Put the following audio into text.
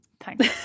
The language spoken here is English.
Thanks